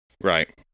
Right